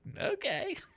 okay